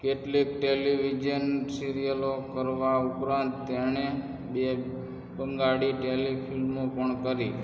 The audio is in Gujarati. કેટલીક ટેલિવિઝન સીરિઅલો કરવા ઉપરાંત તેણે બે બંગાળી ટૅલીફિલ્મો પણ કરી